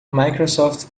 microsoft